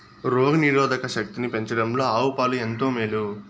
రోగ నిరోధక శక్తిని పెంచడంలో ఆవు పాలు ఎంతో మేలు